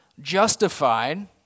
justified